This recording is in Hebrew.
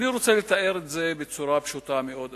אני רוצה לתאר את זה בצורה פשוטה מאוד,